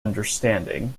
understanding